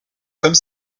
comme